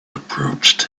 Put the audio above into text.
approached